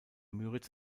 müritz